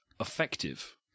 effective